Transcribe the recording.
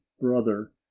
brother